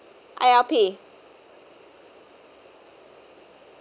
I_L_P